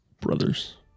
Brothers